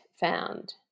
found